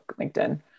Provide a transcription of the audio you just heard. LinkedIn